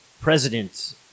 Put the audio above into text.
president